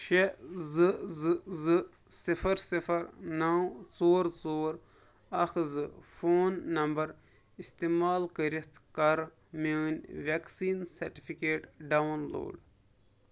شےٚ زٕ زٕ زٕ صِفر صِفر نَو ژور ژور اکھ زٕ فون نمبر استعمال کٔرِتھ کَر میٲنۍ ویکسیٖن سٹِفکیٹ ڈاوُن لوڈ